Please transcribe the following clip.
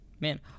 Man